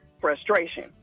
frustration